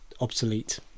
obsolete